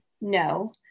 no